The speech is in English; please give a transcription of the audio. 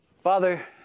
Father